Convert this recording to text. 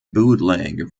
bootleg